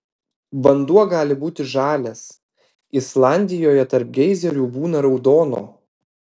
vanduo gali būti žalias islandijoje tarp geizerių būna raudono